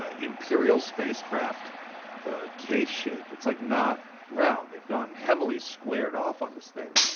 ah imperial spacecraft case shape. it's like, not round. they've gone heavily squared-off on this thing.